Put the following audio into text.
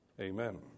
Amen